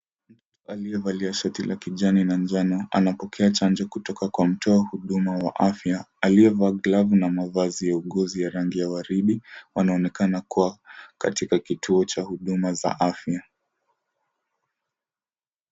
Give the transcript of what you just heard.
Aliye valia shati la kijani na njano anapokea chanjo kutoka kwa mtu wa huduma ya afya, aliyevaa glavu na mavazi ya uuguzi ya rangi ya waridi, wanaonekana kuwa katika kituo cha huduma za afya.